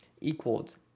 equals